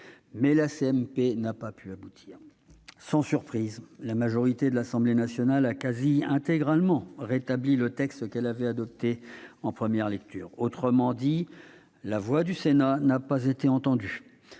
paritaire n'a pu aboutir. Sans surprise, la majorité de l'Assemblée nationale a presque intégralement rétabli le texte qu'elle avait adopté en première lecture. En d'autres termes, la voix du Sénat n'a pas été entendue.